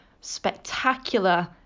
spectacular